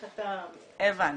הבנתי.